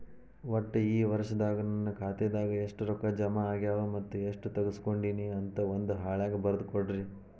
ಒಟ್ಟ ಈ ವರ್ಷದಾಗ ನನ್ನ ಖಾತೆದಾಗ ಎಷ್ಟ ರೊಕ್ಕ ಜಮಾ ಆಗ್ಯಾವ ಮತ್ತ ಎಷ್ಟ ತಗಸ್ಕೊಂಡೇನಿ ಅಂತ ಒಂದ್ ಹಾಳ್ಯಾಗ ಬರದ ಕೊಡ್ರಿ